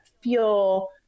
feel